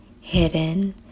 hidden